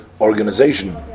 organization